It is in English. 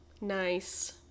Nice